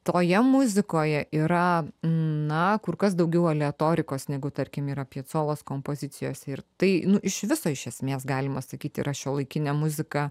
toje muzikoje yra na kur kas daugiau aleatorikos negu tarkim yra piacolo kompozicijos ir tai nu iš viso iš esmės galima sakyt yra šiuolaikinė muzika